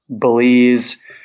Belize